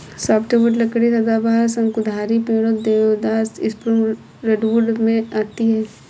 softwood लकड़ी सदाबहार, शंकुधारी पेड़ों, देवदार, स्प्रूस, रेडवुड से आती है